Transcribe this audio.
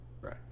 Right